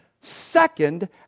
Second